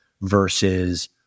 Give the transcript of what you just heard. versus